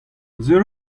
sur